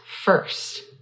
first